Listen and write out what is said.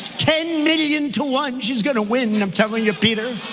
ten million to one, she's gonna win, i'm telling you, peter.